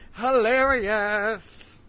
hilarious